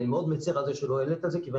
אני מאוד מצר על כך שלא העלית את זה כיוון